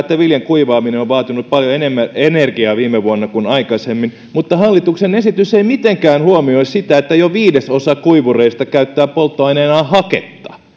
että viljan kuivaaminen on on vaatinut paljon enemmän energiaa viime vuonna kuin aikaisemmin mutta hallituksen esitys ei mitenkään huomioi sitä että jo viidesosa kuivureista käyttää polttoaineenaan haketta